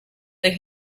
they